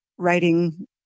writing